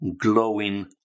glowing